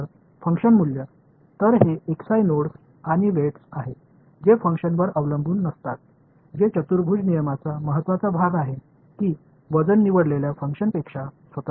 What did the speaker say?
எனவே இவை ஒரு குவாடுரேசா்விதியின் முக்கியமான பகுதியான செயல்பாட்டை சார்ந்து இல்லாத nodesநோட்ஸ் மற்றும் எடைகள் எடைகள் தேர்ந்தெடுக்கப்பட்ட செயல்பாட்டிலிருந்து சுதந்திரமானவை